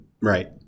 Right